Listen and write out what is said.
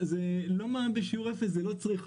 לא מע"מ בשיעור אפס, זה לא צריכה.